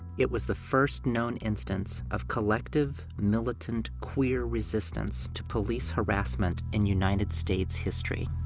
it was the first known instance of collective, militant, queer resistance to police harassment in united states history.